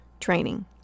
training